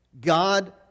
God